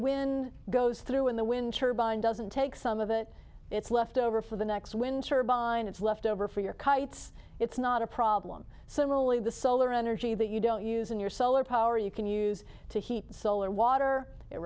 wind goes through when the wind turbine doesn't take some of it it's left over for the next wind turbine it's left over for your kite's it's not a problem simile the solar energy that you don't use in your solar power you can use to heat solar water it